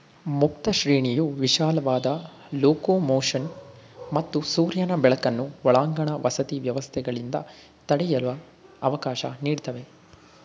ಮುಕ್ತ ಶ್ರೇಣಿಯು ವಿಶಾಲವಾದ ಲೊಕೊಮೊಷನ್ ಮತ್ತು ಸೂರ್ಯನ ಬೆಳಕನ್ನು ಒಳಾಂಗಣ ವಸತಿ ವ್ಯವಸ್ಥೆಗಳಿಂದ ತಡೆಯುವ ಅವಕಾಶ ನೀಡ್ತವೆ